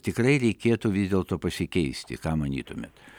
tikrai reikėtų vis dėlto pasikeisti ką manytumėt